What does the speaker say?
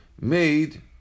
made